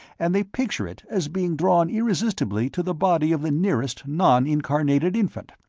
and they picture it as being drawn irresistibly to the body of the nearest non-incarnated infant.